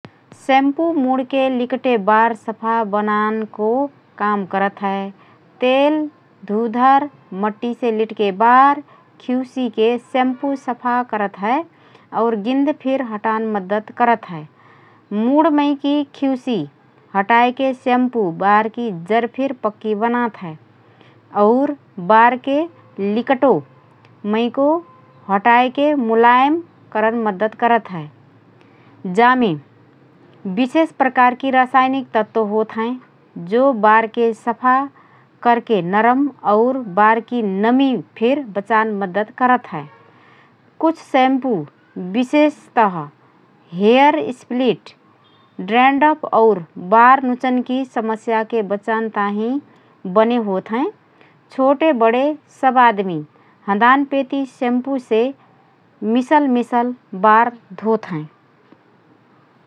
शैम्पू मुँडके लिकटे बार सफा बनानको काम करत हए । तेल, धुधर, मट्टीसे लिकटे बार, खिउसीके शैम्पू सफा करत हए और गिन्ध फिर हटान मद्दत करत हए । मुँडमैकी खिउसी हटाएके शैम्पू बारकी जर फिर पक्की बनात हए और बारके लिकटो मैको हटाएके मुलायम करन मद्दत करत हए । जामे विशेष प्रकारकी रासायनिक तत्व होतहएँ । जो बारके सफा करके नरम और बारकी नमी फिर बचान मद्दत करत हए । कुछ शैम्पू विशेषत: हेयर स्प्लिट, ड्यान्ड्रफ और बार नुचनकी समस्यासे बचन ताहिँ बने होतहएँ । छोटे बडे सब आदमी हँदानपेति शैम्पूसे मिसल मिसल बार धोत हएँ ।